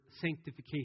sanctification